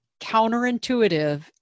counterintuitive